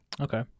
Okay